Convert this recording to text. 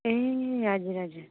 ए हजुर हजुर